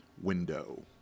window